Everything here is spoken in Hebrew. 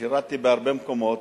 ושירתתי בהרבה מקומות,